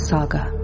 Saga